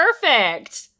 perfect